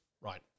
Right